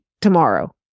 tomorrow